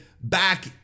back